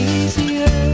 easier